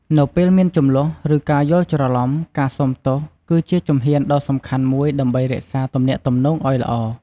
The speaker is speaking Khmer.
នៅពេលមានជម្លោះ ឬការយល់ច្រឡំ ការសូមទោសគឺជាជំហានដ៏សំខាន់មួយដើម្បីរក្សាទំនាក់ទំនងឱ្យល្អ។